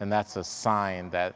and that's a sign that